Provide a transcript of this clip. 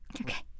Okay